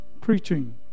Preaching